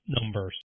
numbers